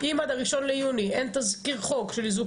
אם עד ה-1 ליוני אין תזכיר חוק של איזוק